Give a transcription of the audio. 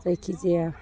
जायखिजाया